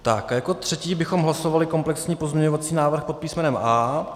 Jako třetí bychom hlasovali komplexní pozměňovací návrh pod písmenem A.